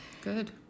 Good